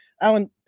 Alan